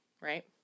right